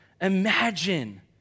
imagine